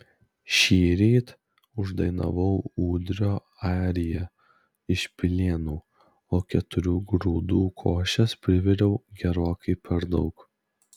šįryt uždainavau ūdrio ariją iš pilėnų o keturių grūdų košės priviriau gerokai per daug